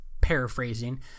paraphrasing